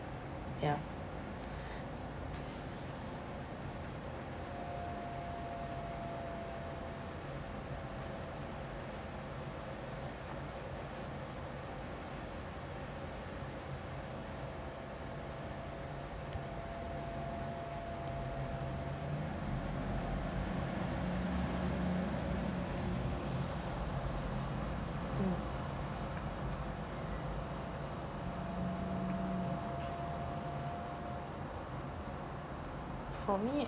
ya mm for me